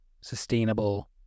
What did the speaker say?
sustainable